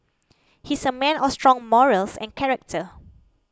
he's a man of strong morals and character